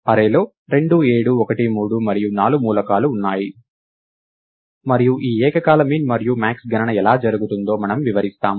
array లో 2 7 1 3 మరియు 4 మూలకాలు ఉన్నాయి మరియు ఈ ఏకకాల min మరియు max గణన ఎలా జరుగుతుందో మనము వివరిస్తాము